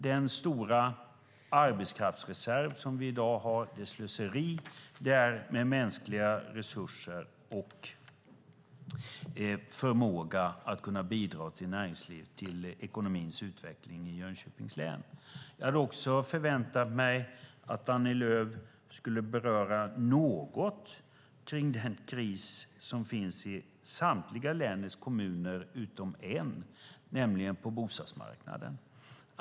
Den stora arbetskraftsreserv som vi i dag har är ett slöseri med mänskliga resurser och med människors förmåga att bidra till ekonomins utveckling i Jönköpings län. Jag hade också förväntat mig att Annie Lööf något skulle beröra den kris som finns i samtliga länets kommuner utom en på bostadsmarknaden.